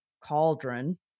cauldron